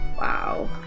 wow